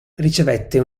ricevette